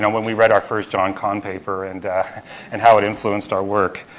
when we read our first john cahn paper, and and how it influenced our work.